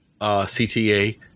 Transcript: CTA